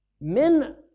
Men